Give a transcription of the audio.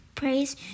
praise